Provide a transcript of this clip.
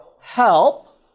help